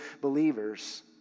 believers